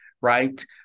right